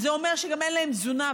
אז זה אומר שגם אין להם תזונה.